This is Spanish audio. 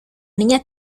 niña